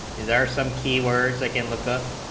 is there some key words they can look up